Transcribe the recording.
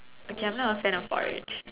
okay I'm not a fan of porridge